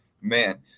man